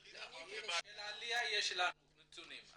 של העלייה יש לנו נתונים.